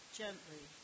gently